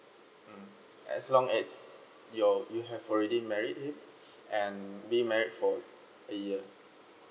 mm as long as you're you have already married him and be married for a year